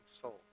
soul